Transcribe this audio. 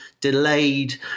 delayed